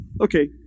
okay